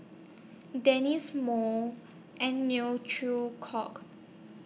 Dennis More and Neo Chwee Kok